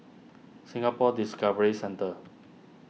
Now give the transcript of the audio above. Singapore Discovery Centre